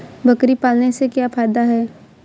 बकरी पालने से क्या फायदा है?